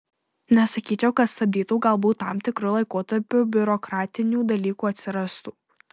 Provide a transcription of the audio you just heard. nesakyčiau kad stabdytų galbūt tam tikru laikotarpiu biurokratinių dalykų atsirastų